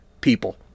people